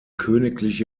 königliche